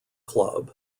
club